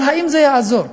אבל האם זה יעזור?